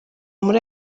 muri